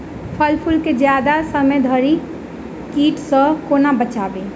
फल फुल केँ जियादा समय धरि कीट सऽ कोना बचाबी?